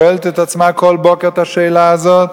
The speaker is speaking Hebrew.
שואלת את עצמה כל בוקר את השאלה הזאת?